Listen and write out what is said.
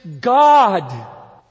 God